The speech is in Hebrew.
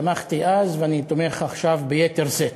תמכתי אז, ואני תומך עכשיו ביתר שאת.